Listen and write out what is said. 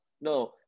No